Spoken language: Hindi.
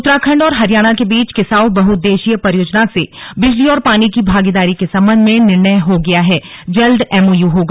उत्तराखंड और हरियाणा के बीच किसाऊ बहउद्देश्यीय परियोजना से बिजली और पानी की भागीदारी के संबंध में निर्णय हो गया है जल्द एमओयू होगा